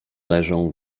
leżą